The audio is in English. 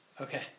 Okay